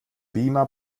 beamer